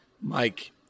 Mike